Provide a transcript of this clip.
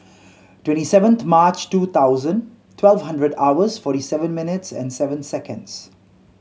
twenty seventh March two thousand twelve hundred hours forty seven minutes and seven seconds